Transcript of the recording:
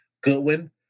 Goodwin